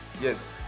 Yes